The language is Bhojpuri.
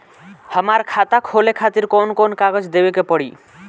हमार खाता खोले खातिर कौन कौन कागज देवे के पड़ी?